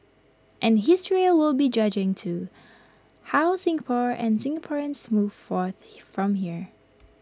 and history will be judging too how Singapore and Singaporeans move forth from here